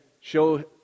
show